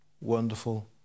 Wonderful